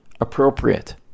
appropriate